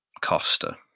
Costa